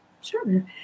Sure